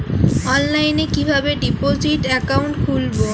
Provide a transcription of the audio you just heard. অনলাইনে কিভাবে deposit account খুলবো?